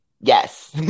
yes